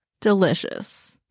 Delicious